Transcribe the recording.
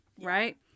Right